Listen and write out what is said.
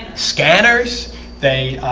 scanners they